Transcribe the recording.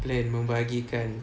plan membahagikan